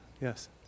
Yes